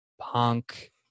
punk